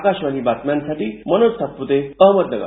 आकाशवाणी बातम्यांसाठी मनोज सातप्ते अहमदनगर